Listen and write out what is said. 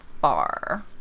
far